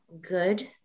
good